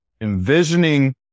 envisioning